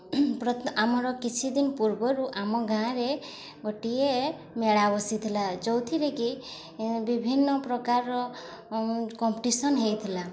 ଆମର କିଛି ଦିନ ପୂର୍ବରୁ ଆମ ଗାଁରେ ଗୋଟିଏ ମେଳା ବସିଥିଲା ଯେଉଁଥିରେକି ବିଭିନ୍ନପ୍ରକାରର କମ୍ପିଟିସନ୍ ହୋଇଥିଲା